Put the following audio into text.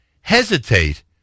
hesitate